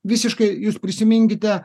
visiškai jūs prisiminkite